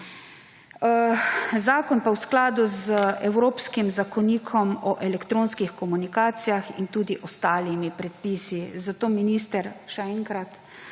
zakon pa v skladu z Evropskim zakonikom o elektronskih komunikacijah in tudi ostalimi predpisi. Zato, minister, tako